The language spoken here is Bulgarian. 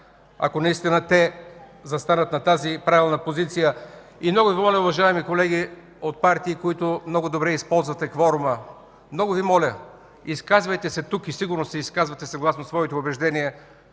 този дълг – те застанат на тази правилна позиция. Много съм доволен, уважаеми колеги, от партии, които много добре използват кворума. Много Ви моля, изказвайте се тук и сигурно се изказвате съгласно своите убеждения,